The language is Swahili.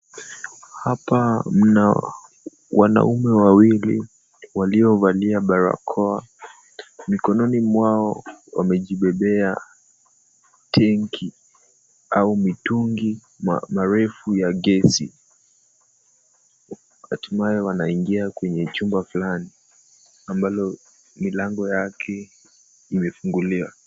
Hapa mna wanaume wawili waliovalia barakoa. Mkononi mwao wamejibebea tenki au mitungi maarufu ya gesi. Hatimaye wanaingia kwenye chumba fulani ambalo milango yake imefunguliwa.